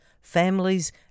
families